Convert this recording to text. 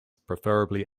preferably